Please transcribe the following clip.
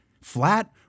flat